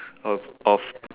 of of